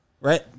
right